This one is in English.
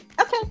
Okay